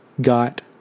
got